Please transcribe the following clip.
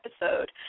episode